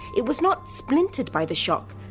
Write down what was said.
it was not splintered by the shock,